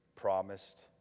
promised